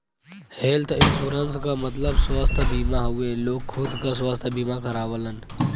health insurance क मतलब स्वस्थ बीमा हउवे लोग खुद क स्वस्थ बीमा करावलन